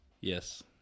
yes